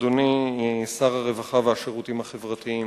אדוני שר הרווחה והשירותים החברתיים,